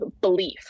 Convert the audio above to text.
belief